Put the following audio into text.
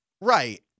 Right